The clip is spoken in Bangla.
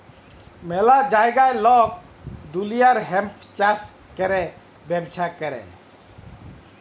ম্যালা জাগায় লক দুলিয়ার হেম্প চাষ ক্যরে ব্যবচ্ছা ক্যরে